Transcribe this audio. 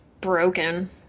broken